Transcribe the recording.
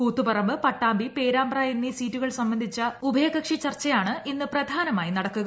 കൂത്തുപറമ്പ് പട്ടാമ്പി പേരാമ്പ്ര എന്നീ സീറ്റുകൾ സംബന്ധിച്ച ഉഭയകക്ഷി ചർച്ചയാണ് ഇന്ന് പ്രധാനമായി നടക്കുക